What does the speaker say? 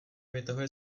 vytahuje